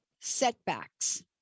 setbacks